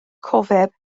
cofeb